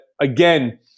again